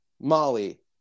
Molly